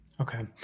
Okay